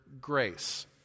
grace